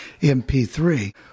mp3